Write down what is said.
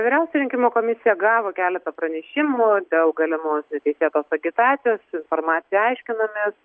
vyriausioji rinkimų komisija gavo keletą pranešimų dėl galimos neteisėtos agitacijos informaciją aiškinamės